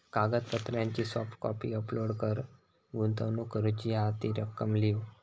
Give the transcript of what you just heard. कागदपत्रांची soft copy upload कर, गुंतवणूक करूची हा ती रक्कम लिव्ह